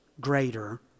greater